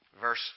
verse